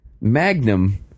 Magnum